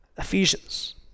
Ephesians